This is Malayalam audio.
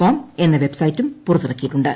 കോം എന്ന വെബ്സൈറ്റും പുറത്തിറക്കിയിട്ടുണ്ട്